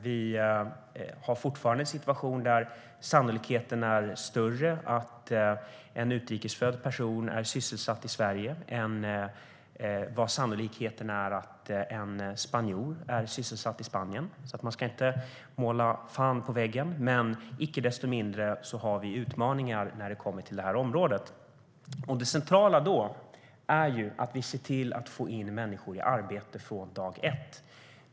Vi har fortfarande en situation där sannolikheten att en utrikesfödd person är sysselsatt i Sverige är större än sannolikheten att en spanjor är sysselsatt i Spanien, så man ska inte måla fan på väggen. Men icke desto mindre har vi utmaningar när det kommer till det här området. Det centrala då är att vi ser till att få in människor i arbete från dag ett.